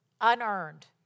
unearned